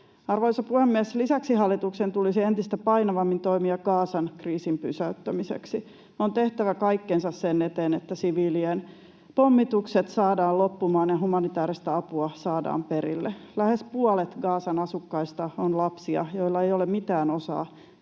Arvoisa puhemies! Lisäksi hallituksen tulisi entistä painavammin toimia Gazan kriisin pysäyttämiseksi. On tehtävä kaikkensa sen eteen, että siviilien pommitukset saadaan loppumaan ja humanitaarista apua saadaan perille. Lähes puolet Gazan asukkaista on lapsia, joilla ei ole mitään osaa